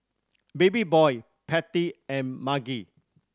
Babyboy Patty and Margy